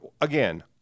again